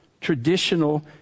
traditional